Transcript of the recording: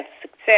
success